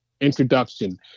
introduction